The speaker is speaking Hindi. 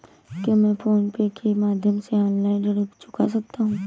क्या मैं फोन पे के माध्यम से ऑनलाइन ऋण चुका सकता हूँ?